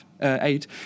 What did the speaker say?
eight